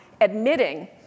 admitting